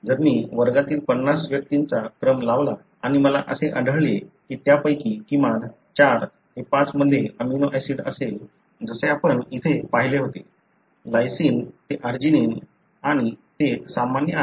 जर मी वर्गातील 50 व्यक्तींचा क्रम लावला आणि मला असे आढळले की त्यापैकी किमान 4 5 मध्ये अमिनो ऍसिड असेल जसे आपण येथे पाहिले होते लाइसिन ते आर्जिनिन आणि ते सामान्य आहेत